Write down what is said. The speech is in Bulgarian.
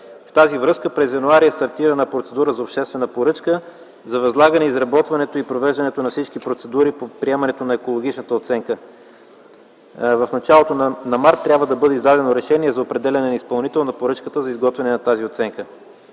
В тази връзка през м. януари е стартирана процедура за обществена поръчка за възлагане изработването и провеждането на всички процедури по приемането на екологичната оценка. В началото на м. март трябва да бъде издадено решение за определяне на изпълнител на поръчката за изготвяне на тази оценка.